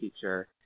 teacher